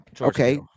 okay